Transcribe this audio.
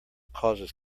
causes